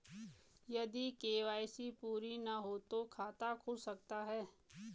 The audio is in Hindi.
यदि के.वाई.सी पूरी ना हो तो खाता खुल सकता है?